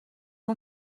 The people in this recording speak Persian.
اون